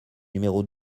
numéro